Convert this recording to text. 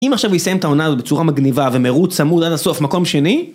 אם עכשיו הוא יסיים את עונה הזאת בצורה מגניבה ומרוץ צמוד עד הסוף מקום שני